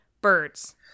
birds